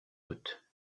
toutes